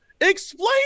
Explain